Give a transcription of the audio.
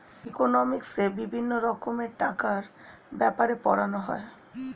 ইকোনমিক্সে বিভিন্ন রকমের টাকার ব্যাপারে পড়ানো হয়